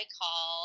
call